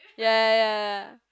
ya ya ya